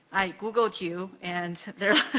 i googled you, and there are